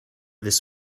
this